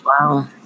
wow